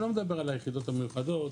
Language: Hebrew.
אני לא מדבר על היחידות המיוחדות,